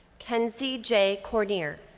kenzie j. corneer.